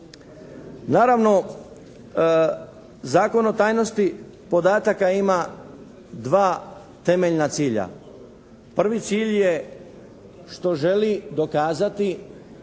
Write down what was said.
Naravno Zakon o tajnosti podataka ima dva temeljna cilja. Prvi cilj je što želi dokazati